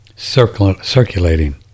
circulating